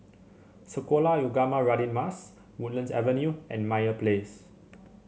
Sekolah Ugama Radin Mas Woodlands Avenue and Meyer Place